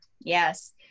Yes